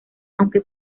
aunque